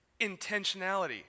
Intentionality